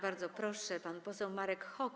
Bardzo proszę, pan poseł Marek Hok.